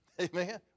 Amen